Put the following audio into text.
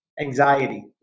anxiety